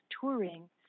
touring